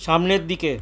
সামনের দিকে